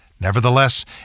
Nevertheless